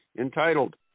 entitled